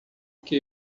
que